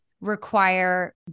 require